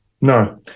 no